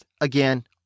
again